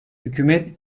hükümet